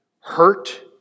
hurt